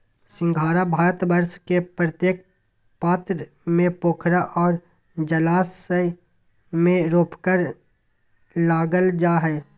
सिंघाड़ा भारतवर्ष के प्रत्येक प्रांत में पोखरा और जलाशय में रोपकर लागल जा हइ